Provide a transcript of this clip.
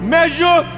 Measure